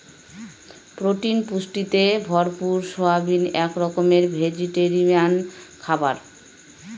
protein পুষ্টিতে ভরপুর soybean এক রকমের ভেজিটেরিয়ান খাবার